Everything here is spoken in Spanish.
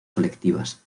colectivas